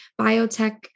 biotech